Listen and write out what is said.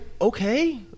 okay